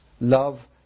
love